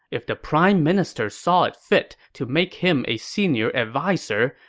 if the prime minister saw it fit to make him a senior adviser,